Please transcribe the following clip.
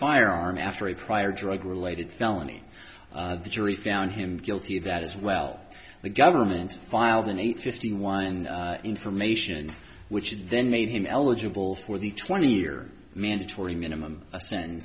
firearm after a prior drug related felony the jury found him guilty of that as well the government filed an eight fifty one information which is then made him eligible for the twenty year mandatory minimum